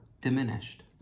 diminished